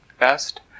best